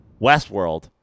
Westworld